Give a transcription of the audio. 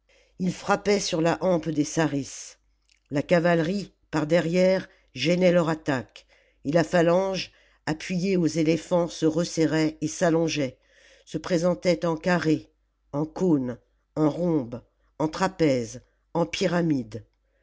ils frappaient sur la hampe des sarisses la cavalerie par derrière gênait leur attaque et la phalange appuyée aux éléphants se resserrait et s'allongeait se présentait en carré en cône en rhombe en trapèze en pyramide